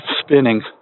spinning